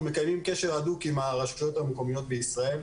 אנחנו מקיימים קשר הדוק עם הרשויות המקומיות בישראל,